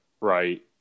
right